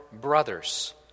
brothers